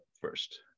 first